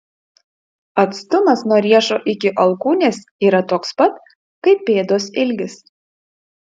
atstumas nuo riešo iki alkūnės yra toks pat kaip pėdos ilgis